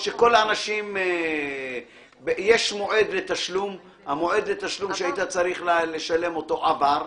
יש מועד לתשלום, המועד לתשלום עבר.